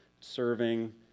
serving